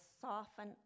soften